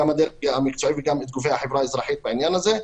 את הדרג המקצועי וגם את גופי החברה האזרחית בעניין הזה.